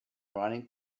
running